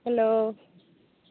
hello